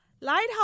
Lighthouse